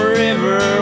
river